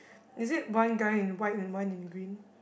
is it one guy in white and one in green